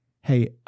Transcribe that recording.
hey